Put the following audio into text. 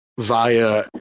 via